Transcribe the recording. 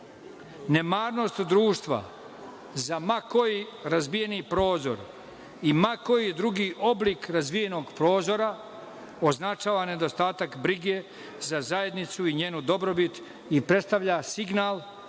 Nemarnost društva za ma koji razbijeni prozor i ma koji drugi oblik razbijenog prozora označava nedostatak brige za zajednicu i njenu dobrobit i predstavlja signal ranjivosti